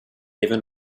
even